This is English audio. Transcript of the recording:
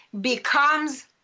becomes